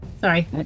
Sorry